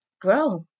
grow